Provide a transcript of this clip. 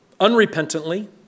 unrepentantly